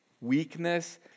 weakness